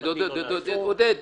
עודד